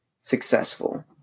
successful